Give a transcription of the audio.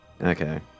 okay